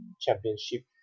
championship